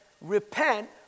Repent